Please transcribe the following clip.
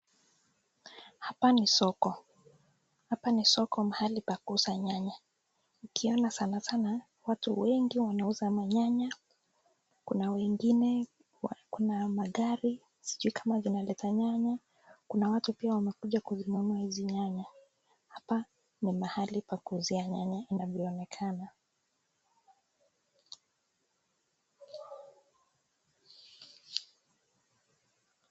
Hapa ni soko. Hapa ni soko mahali pa kuuza nyanya. Ukiona sana sana, watu wengi wanauza manyanya. Kuna wengine, kuna magari sijui kama zinaleta nyanya. Kuna watu pia wamekuja kuzinunua hizi nyanya. Hapa ni mahali pa kuuzia nyanya inavyoonekana.